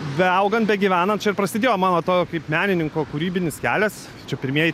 beaugant begyvenant čia prasidėjo mano to kaip menininko kūrybinis kelias čia pirmieji